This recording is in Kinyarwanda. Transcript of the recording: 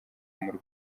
muri